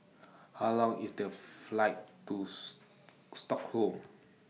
How Long IS The Flight Tooth Stockholm